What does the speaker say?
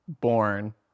born